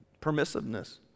Permissiveness